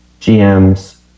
GMs